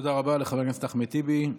תודה רבה לחבר הכנסת אחמד טיבי.